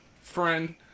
Friend